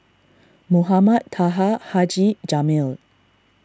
Mohamed Taha Haji Jamil